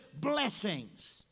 blessings